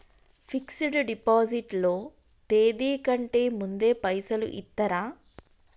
Fix డ్ deposit లో తేది కంటే ముందే పైసలు ఇత్తరా?